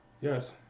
Yes